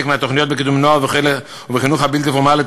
מהתוכניות לקידום נוער ובחינוך הבלתי-פורמלי,